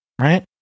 Right